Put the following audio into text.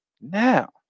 Now